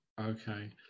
okay